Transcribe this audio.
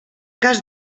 cas